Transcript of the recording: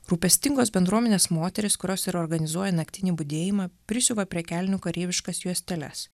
rūpestingos bendruomenės moterys kurios ir organizuoja naktinį budėjimą prisiuva prie kelnių kareiviškas juosteles